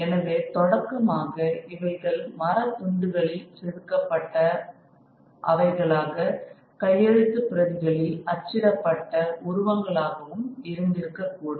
எனவே தொடக்கமாக இவைகள் மரத் துண்டுகளில் செதுக்கப்பட்ட வைகளாக கையெழுத்துப் பிரதிகளில் அச்சிடப்பட்ட உருவங்களாகவும் இருந்திருக்கக்கூடும்